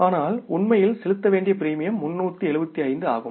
ஆனால் உண்மையில் செலுத்த வேண்டிய பிரீமியம் 375 ஆகும்